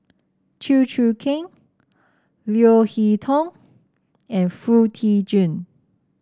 Chew Choo Keng Leo Hee Tong and Foo Tee Jun